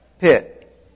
pit